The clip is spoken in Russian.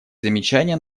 замечания